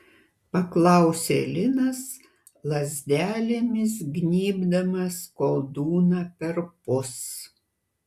paklausė linas lazdelėmis gnybdamas koldūną perpus